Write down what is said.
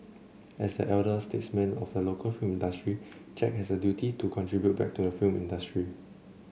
as the elder statesman of the local film industry Jack has a duty to contribute back to the film industry